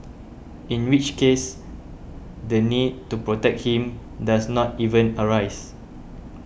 in which case the need to protect him does not even arise